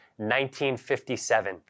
1957